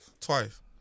Twice